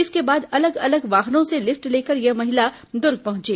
इसके बाद अलग अलग वाहनों से लिफ्ट लेकर यह महिला दुर्ग पहुंची